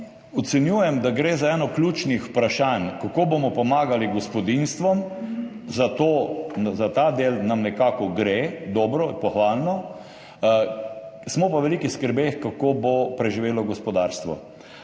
Ocenjujem, da gre za eno ključnih vprašanj, kako bomo pomagali gospodinjstvom, ta del nam nekako gre dobro, pohvalno, smo pa v veliki skrbeh glede tega, kako bo preživelo gospodarstvo.